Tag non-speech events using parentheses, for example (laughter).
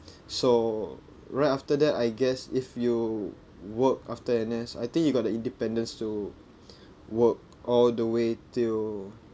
(breath) so right after that I guess if you work after N_S I think you got the independence to (breath) work all the way till